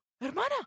Hermana